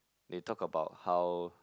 they talk about how